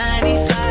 95